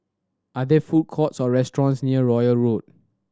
are there food courts or restaurants near Royal Road